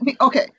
Okay